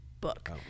book